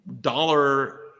dollar